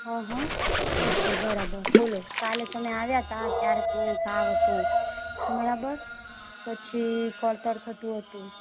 અહં ઓકે બરાબર બોલો કાલે તમે આવ્યા હતા ત્યારે તમને તાવ હતો બરાબર પછી કળતર થતું હતું